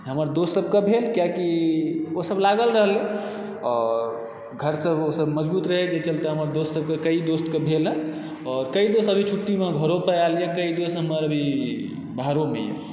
हमर दोस्तसभकेँ भेल किआकि ओसभ लागल रहलै आओर घरसँ ओसभ मजबूत रहै जे चलते हमर दोस्तसभकेँ कई दोस्तकेँ भेल हँ आओर कई दोस्त अभी छुट्टीमे घरो पर आयलए कई दोस्त हमर अभी बाहरोमेए